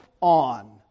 on